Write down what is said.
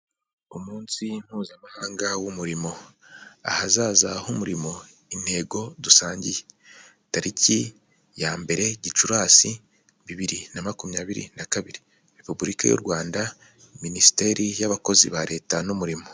Umunsi mpuzamahanga w'umurimo. Ahazaza h'umurimo intego dusangiye, tariki ya mbere Gicurasi bibiri na makumyabiri na kabiri, repubulika y'u Rwanda minisiteri y'abakozi ba leta n'umurimo.